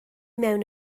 mewn